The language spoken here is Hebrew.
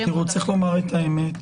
צריך לומר את האמת.